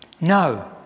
No